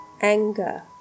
anger